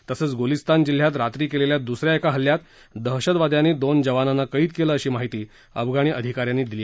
तसंच गुलिस्तान जिल्ह्यात रात्री केलेल्या दुस या एका हल्ल्यात दहशतवाद्यांनी दोन जवानांना क्विकेलं अशी माहिती अफगाणी अधिका यांनी दिली